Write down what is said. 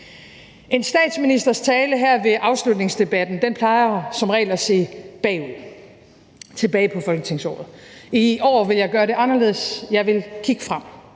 En statsministers tale her ved afslutningsdebatten plejer som regel at se bagud, tilbage på folketingsåret. I år vil jeg gøre det anderledes, jeg vil kigge frem.